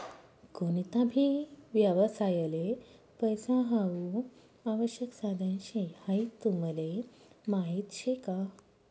कोणता भी व्यवसायले पैसा हाऊ आवश्यक साधन शे हाई तुमले माहीत शे का?